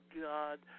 God